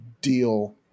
deal